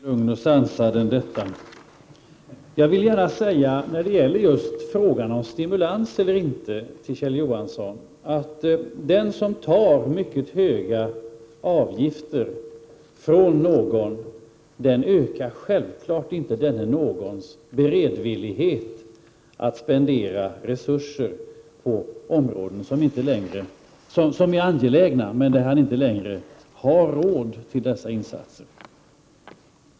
Fru talman! Det finns få tillfällen då jag känt mig mer lugn och sansad än vid detta tillfälle. När det gäller frågan om man skall ha stimulanser eller inte så vill jag gärna säga till Kjell Johansson att den som tar mycket höga avgifter från någon självfallet inte ökar denne någons beredvillighet att spendera resurser på områden som är angelägna men där man inte längre har råd med dessa insatser.